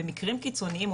במקרים קיצוניים,